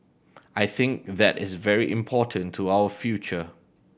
I think that is very important to our future